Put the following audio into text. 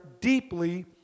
deeply